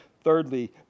Thirdly